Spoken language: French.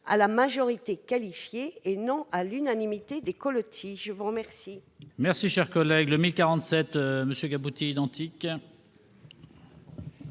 à la majorité qualifiée et non à l'unanimité des colotis. La parole